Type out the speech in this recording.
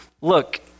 look